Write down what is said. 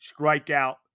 strikeout